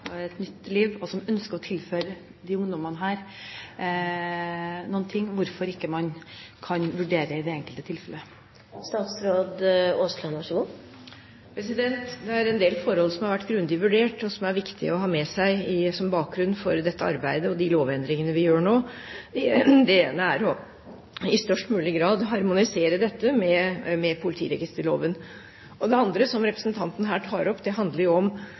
startet et nytt liv – ønsker å tilføre disse ungdommene noe? Hvorfor kan man ikke vurdere i det enkelte tilfellet? Det er en del forhold som har vært grundig vurdert, og som det er viktig å ha med seg som bakgrunn for dette arbeidet og de lovendringene vi gjør nå. Det ene er i størst mulig grad å harmonisere dette med politiregisterloven. Det andre, som representanten her tar opp, handler om om det er mulig å bruke skjønn. Jeg sa litt om